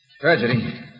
Tragedy